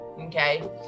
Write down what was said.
okay